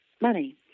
money